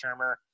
Shermer